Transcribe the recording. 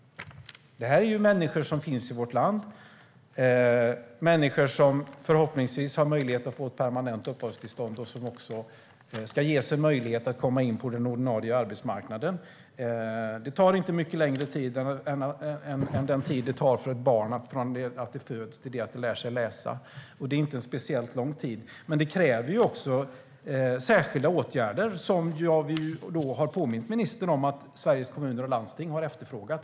Detta är människor som finns i vårt land, människor som förhoppningsvis har möjlighet att få ett permanent uppehållstillstånd och som också ska ges en möjlighet att komma in på den ordinarie arbetsmarknaden. Det tar inte mycket längre tid än den tid det tar för ett barn från det att det föds till att det lär sig läsa. Det är inte en speciellt lång tid. Men det kräver också särskilda åtgärder, som jag har påmint ministern om att Sveriges Kommuner och Landsting har efterfrågat.